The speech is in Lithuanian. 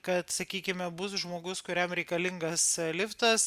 kad sakykime bus žmogus kuriam reikalingas liftas